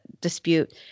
dispute